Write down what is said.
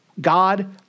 God